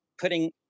putting